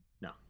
No